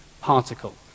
particle